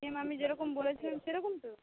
same আমি যেরকম বলেছিলাম সেরকম তো